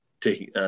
taking